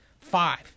Five